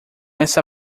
essa